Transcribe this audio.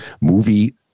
movie